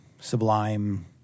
sublime